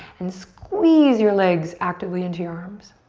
and squeeze your legs actively into your arms.